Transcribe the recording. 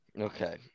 Okay